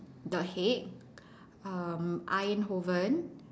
the Hague um Eindhoven